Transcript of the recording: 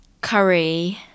curry